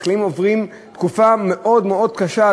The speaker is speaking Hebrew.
החקלאים עוברים תקופה מאוד מאוד קשה,